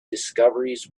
discoveries